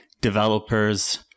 developers